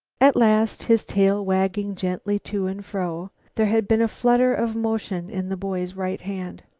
at last his tail wagged gently to and fro there had been a flutter of motion in the boy's right hand.